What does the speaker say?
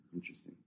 Interesting